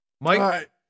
Mike